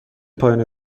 پایان